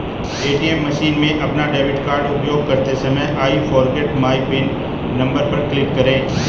ATM machine में अपना debit card उपयोग करते समय I forget my PIN number पर क्लिक करें